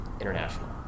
international